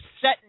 set